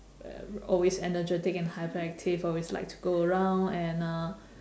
always energetic and hyperactive always like to go around and uh